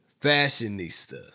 fashionista